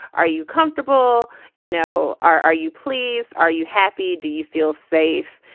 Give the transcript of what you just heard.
are you comfortable you know. are are you pleased. are you happy. do you feel safe.